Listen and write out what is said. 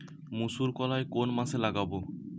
মুসুরকলাই কোন মাসে লাগাব?